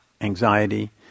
anxiety